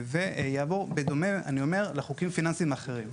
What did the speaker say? ויעבור בדומה לחוקים פיננסיים אחרים.